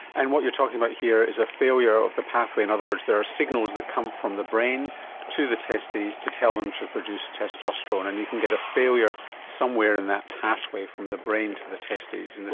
and what you're talking about here is a failure of the pathway. in other words, there are signals that come from the brain to the testes to tell them to produce testosterone, and you can get a failure somewhere in that pathway from the brain to the testes. and right,